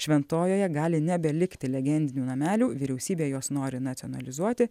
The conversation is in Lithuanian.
šventojoje gali nebelikti legendinių namelių vyriausybė juos nori nacionalizuoti